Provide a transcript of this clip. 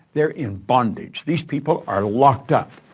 they're in bondage these people are locked up.